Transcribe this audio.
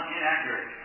inaccurate